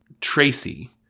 tracy